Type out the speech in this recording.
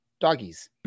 doggies